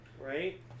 Right